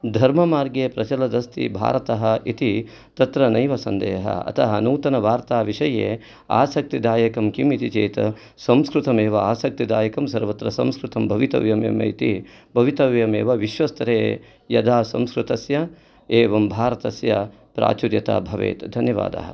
धर्ममार्गे प्रचलदस्ति भारतः इति तत्र नैव सन्देहः अतः नूतनवार्ता विषये आसक्तिदायकं किम् इति चेत् संस्कृतमेव आसक्तिदायकं सर्वत्र संस्कृतं भवितव्यम् इति भवितव्यमेव विश्वस्तरे यदा संस्कृतस्य एवं भारतस्य प्राचुर्यता भवेत् धन्यवादः